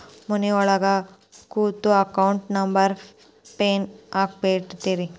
ಮನಿಯೊಳಗ ಕೂತು ಅಕೌಂಟ್ ನಂಬರ್ಗ್ ಫೇಸ್ ಹಾಕಿಬಿಡ್ತಿವಿ